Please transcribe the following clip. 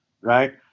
right